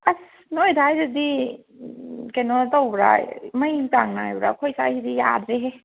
ꯑꯁ ꯅꯣꯏ ꯑꯗ꯭ꯋꯥꯏꯗꯗꯤ ꯀꯩꯅꯣ ꯇꯧꯕ꯭ꯔꯥ ꯃꯩ ꯆꯥꯡ ꯅꯥꯏꯕ꯭ꯔꯥ ꯑꯩꯈꯣꯏ ꯁ꯭ꯋꯥꯏꯁꯤꯗꯤ ꯌꯥꯗ꯭ꯔꯦꯍꯦ